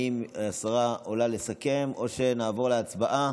האם השרה עולה לסכם או שנעבור להצבעה?